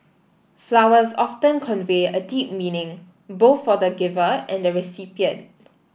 flowers often convey a deep meaning both for the giver and the recipient